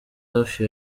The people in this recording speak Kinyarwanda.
hafi